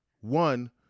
One